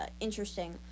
interesting